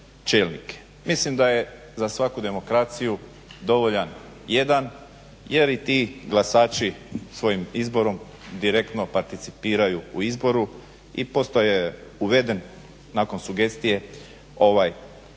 Mislim da je za svaku demokraciju dovoljan jedan jer i ti glasači svojim izborom direktno participiraju u izboru i postaje uveden nakon sugestije ovaj